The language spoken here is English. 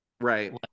Right